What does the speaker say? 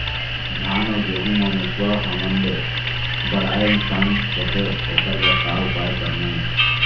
धान अउ गेहूं म मुसवा हमन ले बड़हाए नुकसान होथे ओकर बर का उपाय करना ये?